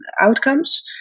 outcomes